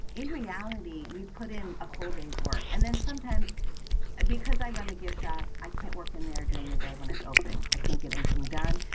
in reality, we put in a full day's work and then sometimes because i run the gift shop, i can't work in there during the day when it's open. i can't get anything done.